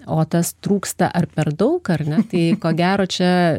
o tas trūksta ar per daug ar ne tai ko gero čia